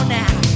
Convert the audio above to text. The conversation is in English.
now